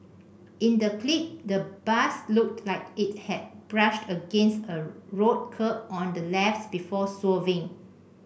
in the clip the bus looked like it had brushed against a road curb on the left before swerving